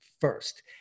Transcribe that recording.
first